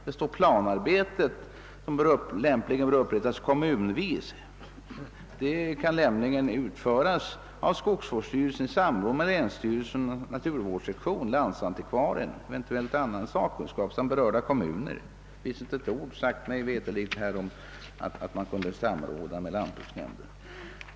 Där står, att planerna lämpligen upprättas kommunvis och att planarbetet bör »utföras av skogsvårdsstyrelsen i samråd med länsstyrelsen , landsantikvarien, eventuellt annan sakkunnig samt berörda kommu ner». Det finns mig veterligt inte ett ord där om samråd med lantbruksnämnderna.